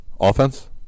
Offense